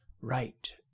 right